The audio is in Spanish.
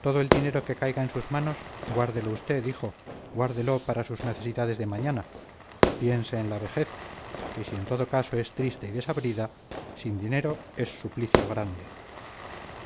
todo el dinero que caiga en sus manos guárdelo usted hijo guárdelo para sus necesidades de mañana piense en la vejez que si en todo caso es triste y desabrida sin dinero es suplicio grande